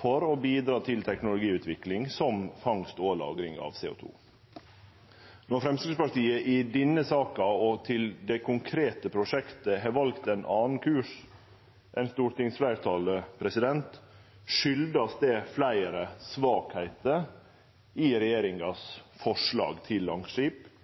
for å bidra til teknologiutvikling som fangst og lagring av CO 2 . Når Framstegspartiet i denne saka og til det konkrete prosjektet har valt ein annan kurs enn stortingsfleirtalet, kjem det av fleire svakheiter i regjeringa sitt forslag til